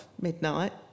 midnight